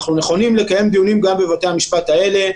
אנחנו נכונים לקיים דיונים גם בבתי המשפט האלה.